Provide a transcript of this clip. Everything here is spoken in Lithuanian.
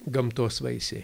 gamtos vaisiai